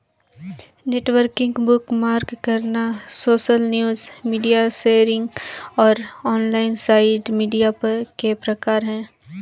networking, bookmark करना, social news, media sharing और online site media के प्रकार हैं